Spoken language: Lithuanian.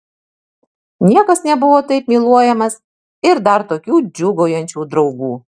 niekas nebuvo taip myluojamas ir dar tokių džiūgaujančių draugų